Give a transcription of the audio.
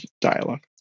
dialogue